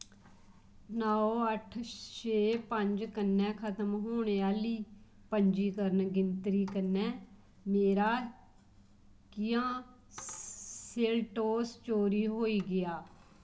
नौ अट्ठ छे पंज कन्नै खतम होने आह्ली पंजीकरण गिनतरी कन्नै मेरा कियां सेल्टोस चोरी होई गेआ